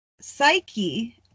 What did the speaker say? Psyche